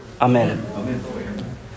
amen